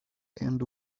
and